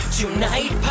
tonight